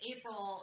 April